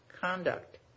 conduct